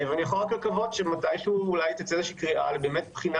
אני יכול רק לקוות שמתישהו תצא קריאה לבחינה